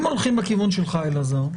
אם הולכים בכיוון שלך אלעזר,